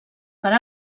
per